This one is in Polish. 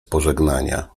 pożegnania